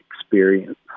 experience